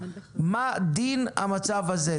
מה דין המצב הזה?